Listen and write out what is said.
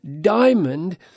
diamond